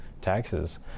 taxes